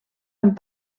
amb